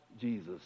Jesus